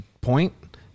point